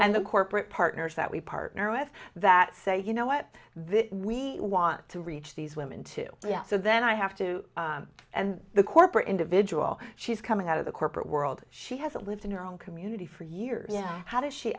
and the corporate partners that we partner with that say you know what this we want to reach these women to yes so then i have to and the corporate individual she's coming out of the corporate world she hasn't lived in her own community for years yeah how does she